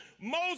Moses